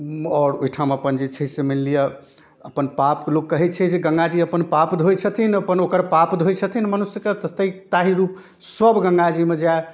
आओर ओहिठाम अपन जे छै से मानि लिअऽ अपन पाप लोक कहै छै जे गङ्गाजी अपन पाप धोइ छथिन अपन ओकर पाप धोइ छथिन मनुष्यके तऽ ताहि रूपसब गङ्गाजीमे जाइ